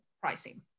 pricing